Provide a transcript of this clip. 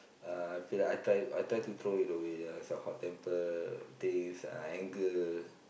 uh I feel like I try I try to throw it away as a hot temper things uh anger